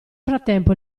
frattempo